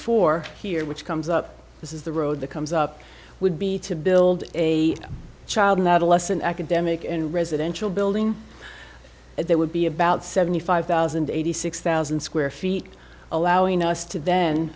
four here which comes up this is the road that comes up would be to build a child and adolescent academic and residential building there would be about seventy five thousand eighty six thousand square feet allowing us to then